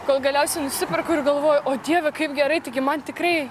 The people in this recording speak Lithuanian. kol galiausiai nusiperku ir galvoju o dieve kaip gerai taigi man tikrai